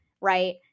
right